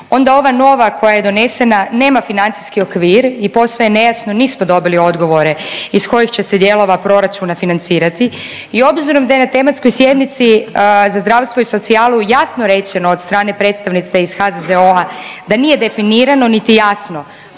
onda ova nova koja je donesena nema financijski okvir i posve je nejasno, nismo dobili odgovore iz kojih će se dijelova proračuna financirati i obzirom da je na tematskoj sjednici za zdravstvo i socijalu jasno rečeno od strane predstavnice iz HZZO-a da nije definirano niti jasno